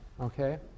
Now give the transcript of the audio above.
Okay